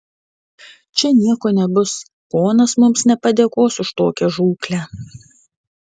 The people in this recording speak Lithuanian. čia nieko nebus ponas mums nepadėkos už tokią žūklę